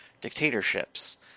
dictatorships